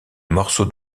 morceaux